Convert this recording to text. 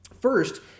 First